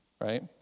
right